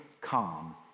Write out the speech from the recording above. calm